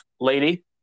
lady